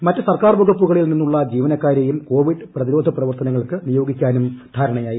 മറ്റു സർക്കാർ വകുപ്പുകളിൽ നിന്നുള്ള ജീവനക്കാരെയും കോവിഡ് പ്രതിരോധ പ്രവർത്തനങ്ങൾക്ക് നിയോഗിക്കാനും ധാരണയായി